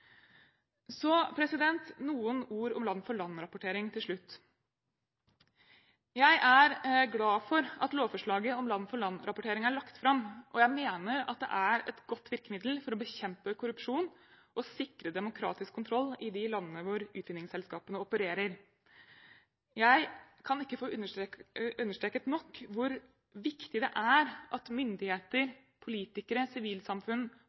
så viktig at det skal gjennomsyre alt regjeringen gjør. Til slutt vil jeg si noen ord om land-for-land-rapportering. Jeg er glad for at lovforslaget om land-for-land-rapportering er lagt fram, og jeg mener at det er et godt virkemiddel for å bekjempe korrupsjon og sikre demokratisk kontroll i de landene hvor utvinningsselskapene opererer. Jeg kan ikke få understreket nok hvor viktig det er at myndigheter, politikere, sivilsamfunn